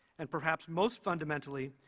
and, perhaps most fundamentally,